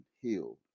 healed